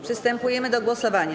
Przystępujemy do głosowania.